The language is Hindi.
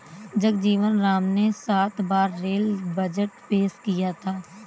जगजीवन राम ने सात बार रेल बजट पेश किया था